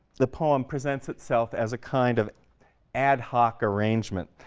the poem presents itself as a kind of ad-hoc arrangement,